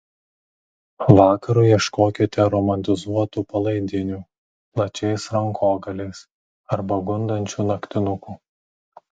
vakarui ieškokite romantizuotų palaidinių plačiais rankogaliais arba gundančių naktinukų